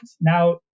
Now